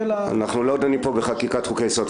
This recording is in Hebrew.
אנחנו לא דנים פה בחקיקת חוקי יסוד.